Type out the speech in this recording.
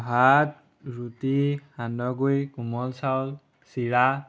ভাত ৰুটি সান্দহগুড়ি কোমল চাউল চিৰা